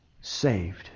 saved